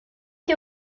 que